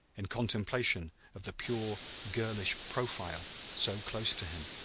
in contemplation of the pure girlish profile so close to him.